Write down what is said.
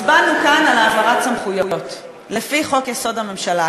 הצבענו כאן על העברת סמכויות לפי חוק-יסוד: הממשלה.